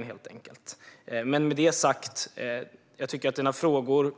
Med detta sagt vill jag säga att jag tycker att dina frågor